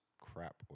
crap